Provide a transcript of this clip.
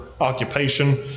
occupation